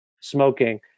smoking